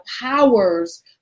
powers